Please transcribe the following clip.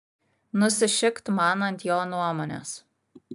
nusišikt man ant jo nuomonės